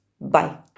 Bye